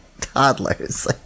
toddlers